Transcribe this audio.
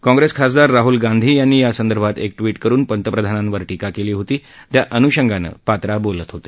काँग्रेस खासदार राह्ल गांधी यांनी यासंदर्भात एक ट्वीट करून प्रधानमंत्र्यांवर टीका केली होती त्या अन्षंगानं संबित पात्रा बोलत होते